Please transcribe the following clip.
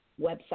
website